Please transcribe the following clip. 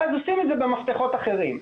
ואז עושים את זה במפתחות אחרים.